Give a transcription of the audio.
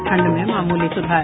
ठंड में मामूली सुधार